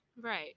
Right